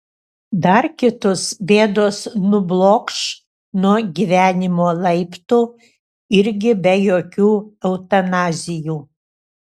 dar kitus bėdos nublokš nuo gyvenimo laiptų irgi be jokių eutanazijų